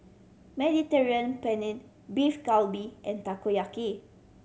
Mediterranean Penne Beef Galbi and Takoyaki